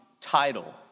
title